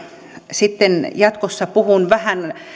sitten jatkossa puhun vähän